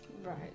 Right